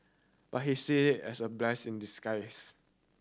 but he see it as a blessing in disguise